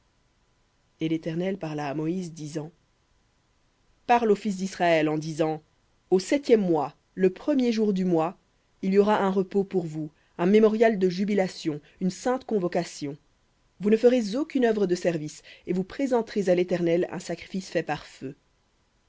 et l'éternel parla à moïse disant parle aux fils d'israël en disant au septième mois le premier du mois il y aura un repos pour vous un mémorial de jubilation une sainte convocation vous ne ferez aucune œuvre de service et vous présenterez à l'éternel un sacrifice fait par feu